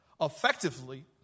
Effectively